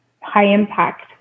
high-impact